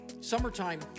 Summertime